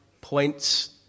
points